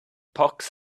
pox